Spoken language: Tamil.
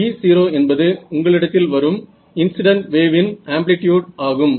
E0 என்பது உங்களிடத்தில் வரும் இன்ஸிடன்ட் வேவ் இன் ஆம்ப்ளிட்யூட் ஆகும்